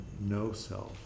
no-self